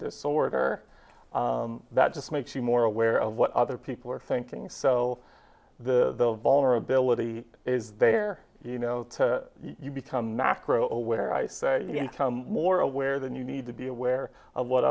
disorder that just makes you more aware of what other people are thinking so the vulnerability is there you know you become macro aware i say more aware than you need to be aware of what